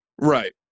Right